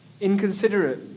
inconsiderate